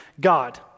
God